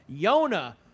Yona